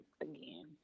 again